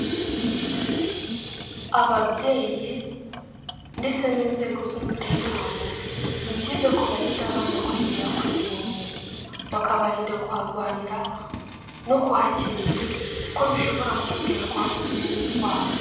Ababyeyi ndetse n'inzego z'umutekano ni byiza ko barinda abana kwegera kuvomera, bakabarinda kuharwanira no kuhakenera kuko bishobora kubatera kuhakura izindi ndwara.